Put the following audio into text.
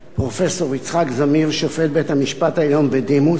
פרופסור יצחק זמיר, שופט בית-המשפט העליון בדימוס,